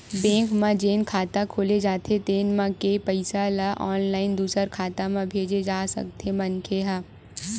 bank म जेन खाता खोले जाथे तेन म के पइसा ल ऑनलाईन दूसर खाता म भेजे जा सकथे मनखे ह